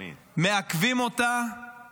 מעכבים אותה